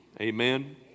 Amen